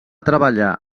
treballar